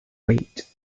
weight